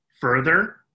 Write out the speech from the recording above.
further